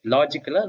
Logical